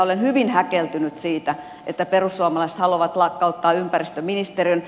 olen hyvin häkeltynyt siitä että perussuomalaiset haluavat lakkauttaa ympäristöministeriön